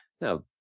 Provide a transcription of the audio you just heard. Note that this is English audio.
now